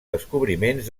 descobriments